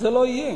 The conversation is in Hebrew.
זה לא יהיה.